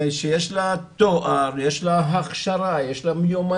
שיש לה תואר, יש לה הכשרה, יש לה מיומנויות